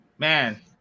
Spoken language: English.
Man